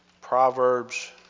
Proverbs